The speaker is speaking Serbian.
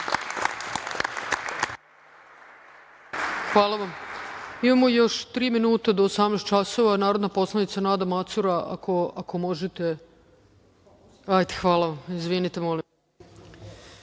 Hvala vam. Imamo još tri minuta do 18.00 časova. Reč ima narodna poslanica Nada Macura, ako možete. Ajde. Hvala vam. Izvinite, molim